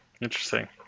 Interesting